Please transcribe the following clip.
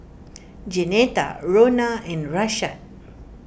Jeanetta Rhona and Rashad